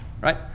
right